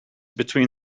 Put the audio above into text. between